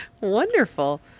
Wonderful